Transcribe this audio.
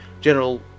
general